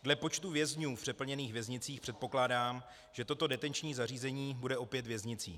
Dle počtu vězňů v přeplněných věznicích předpokládám, že toto detenční zařízení bude opět věznicí.